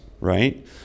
right